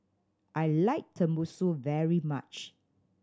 I like Tenmusu very much